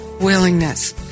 willingness